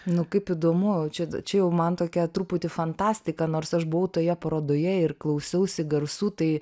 nu kaip įdomu čia čia jau man tokia truputį fantastika nors aš buvau toje parodoje ir klausiausi garsų tai